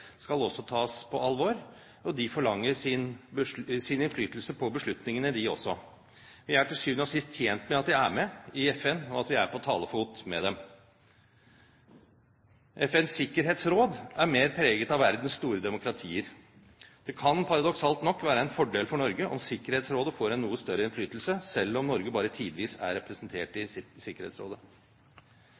skal også tas på alvor, og de forlanger sin innflytelse på beslutningene, de også. Vi er til syvende og sist tjent med at de er med i FN, og at vi er på talefot med dem. FNs sikkerhetsråd er mer preget av verdens store demokratier. Det kan, paradoksalt nok, være en fordel for Norge om Sikkerhetsrådet får en noe større innflytelse, selv om Norge bare tidvis er representert i Sikkerhetsrådet.